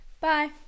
bye